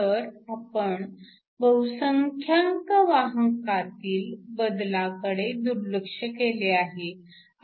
तर आपण बहुसंख्यांक वाहकांतील बदलाकडे दुर्लक्ष केले आहे